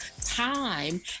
Time